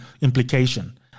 implication